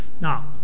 Now